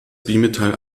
bimetall